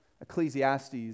Ecclesiastes